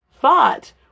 thought